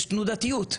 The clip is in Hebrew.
יש תנודתיות,